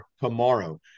tomorrow